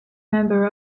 member